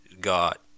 got